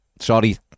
sorry